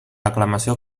aclamació